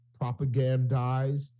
propagandized